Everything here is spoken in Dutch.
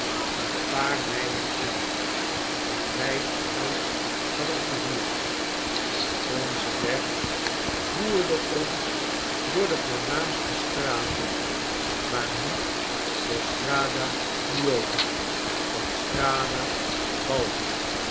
een paar mijlen verder waar wij een huis hadden gehuurd onze weg voerde ons door de voornaamste straten maar niet door strada nuova of